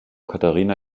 katharina